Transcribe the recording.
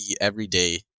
everyday